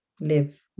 live